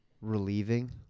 relieving